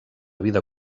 vida